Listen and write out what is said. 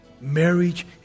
Marriage